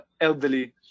elderly